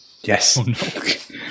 Yes